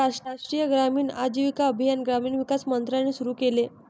राष्ट्रीय ग्रामीण आजीविका अभियान ग्रामीण विकास मंत्रालयाने सुरू केले